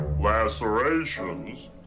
Lacerations